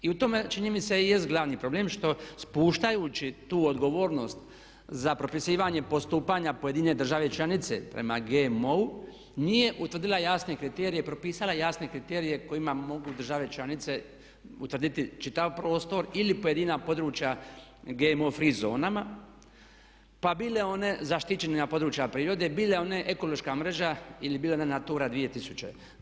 I u tome čini mi se i jest glavni problem što spuštajući tu odgovornost za propisivanje postupanja pojedine države članice prema GMO-u nije utvrdila jasne kriterije i propisala jasne kriterije kojima mogu države članice utvrditi čitav prostor ili pojedina područja GMO free zonama pa bile one zaštićena područja prirode, bile one ekološka mreža ili bile one Natura 2000.